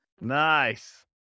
Nice